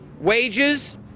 wages